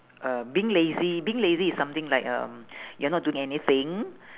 uh being lazy being lazy is something like um you're not doing anything